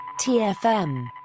TFM